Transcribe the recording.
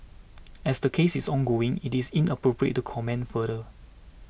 as the case is ongoing it is inappropriate to comment further